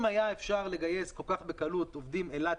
אם היה אפשר לגייס כל-כך בקלות עובדים אילתיים.